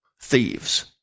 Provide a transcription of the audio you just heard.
Thieves